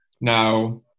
Now